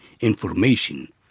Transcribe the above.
information